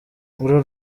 uru